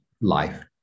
life